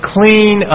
Clean